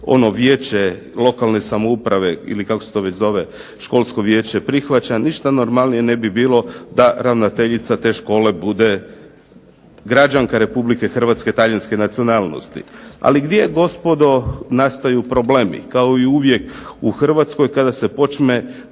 ono vijeće lokalne samouprave ili kako se to već zove, Školsko vijeće, prihvaća, ništa normalnije ne bi bilo da ravnateljica te škole bude građanka RH talijanske nacionalnosti. Ali, gdje gospodo nastaju problemi? Kao i uvijek u Hrvatskoj kada se počne